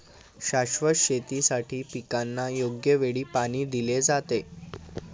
शाश्वत शेतीसाठी पिकांना योग्य वेळी पाणी दिले जाते